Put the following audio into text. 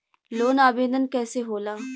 Loan आवेदन कैसे होला?